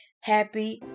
happy